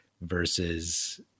versus